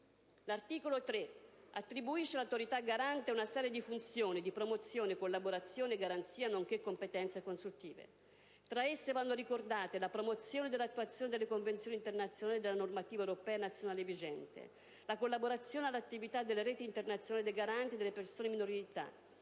L'articolo 3 attribuisce all'Autorità garante una serie di funzioni di promozione, collaborazione, garanzia, nonché competenze consultive. Tra esse vanno ricordate la promozione dell'attuazione delle Convenzioni internazionali e della normativa europea e nazionale vigente; la collaborazione all'attività delle reti internazionali dei Garanti delle persone minori di